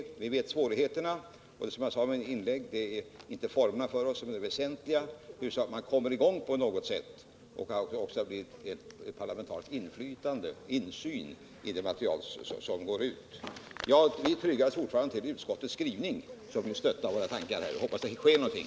Vi känner till svårigheterna, och som jag sade i mitt tidigare inlägg är det inte formerna som är det väsentliga för oss. Huvudsaken är att man kommer i gång på något sätt och att det blir en parlamentarisk insyn när det gäller slutgiltigt godkännande av det material som går ut. Vi tryggar oss Nr 121 fortfarande till utskottets skrivning som stöder våra tankar och hoppas att det Onsdagen den sker någonting.